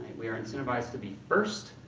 we're incentivized to be first.